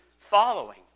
following